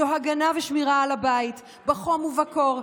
זה הגנה ושמירה על הבית בחום ובקור,